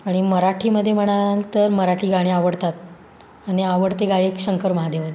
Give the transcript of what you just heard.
आणि मराठीमध्ये म्हणाल तर मराठी गाणी आवडतात आणि आवडते गायक शंकर महादेवन